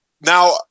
now